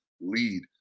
lead